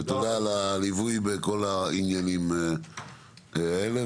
תודה על הליווי בכל העניינים האלה,